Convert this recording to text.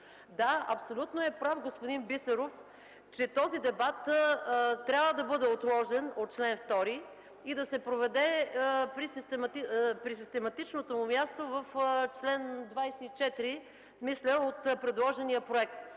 Да, абсолютно е прав господин Бисеров, че този дебат трябва да бъде отложен по чл. 2 и да се проведе на систематичното му място в чл. 24 от предложения проект.